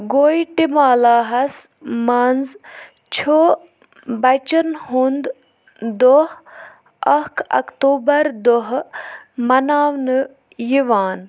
گویٹِمالاہَس منٛز چھُ بَچَن ہُنٛد دۄہ اَکھ اَکتوٗبَردۄہہٕ مَناونہٕ یِوان